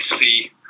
see